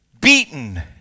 Beaten